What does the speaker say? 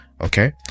okay